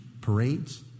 Parades